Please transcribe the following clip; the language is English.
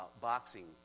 boxing